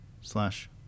slash